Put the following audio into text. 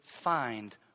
find